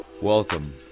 Welcome